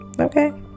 Okay